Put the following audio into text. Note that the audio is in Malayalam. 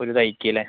ഒരു തൈക്ക് അല്ലെ